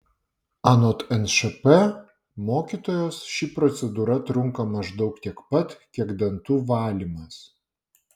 anot nšp mokytojos ši procedūra trunka maždaug tiek pat kiek dantų valymas